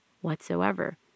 whatsoever